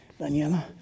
Daniela